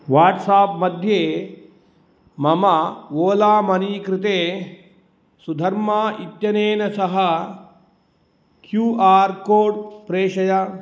WhatsApp मध्ये मम Ola money कृते सुधर्मा इत्यनेन सह क्यू आर् कोड् प्रेषय